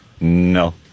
No